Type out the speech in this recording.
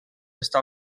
està